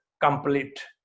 complete